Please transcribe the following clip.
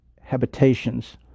habitations